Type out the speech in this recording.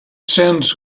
sends